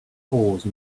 cause